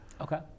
Okay